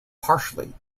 partially